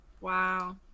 Wow